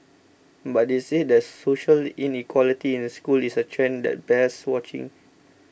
but they said that social inequality in schools is a trend that bears watching